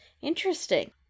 Interesting